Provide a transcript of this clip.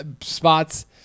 spots